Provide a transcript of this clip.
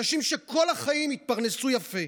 אנשים שכל החיים התפרנסו יפה.